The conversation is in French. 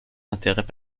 intérêts